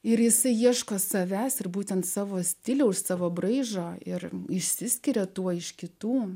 ir jisai ieško savęs ir būtent savo stiliaus savo braižo ir išsiskiria tuo iš kitų